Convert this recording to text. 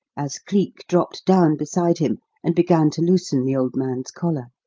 as cleek dropped down beside him and began to loosen the old man's collar.